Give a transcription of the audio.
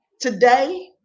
today